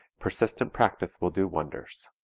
persistent practice will do wonders.